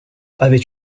avait